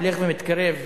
שהולך ומתקרב,